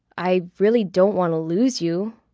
i really don't want to lose you.